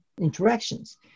interactions